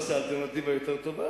לא שאלתם אותי מה יותר טוב,